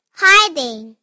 hiding